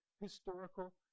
historical